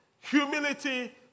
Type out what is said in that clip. humility